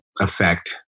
affect